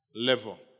level